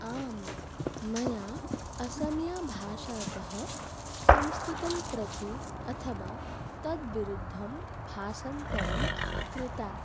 आं मया असमीयभाषातः संस्कृतं प्रति अथवा तत्विरुद्धं भाषान्तरं कृतं